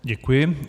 Děkuji.